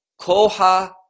koha